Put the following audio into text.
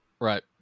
Right